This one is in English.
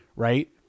Right